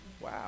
wow